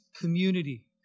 community